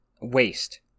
waste